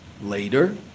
later